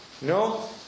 No